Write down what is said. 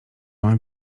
mam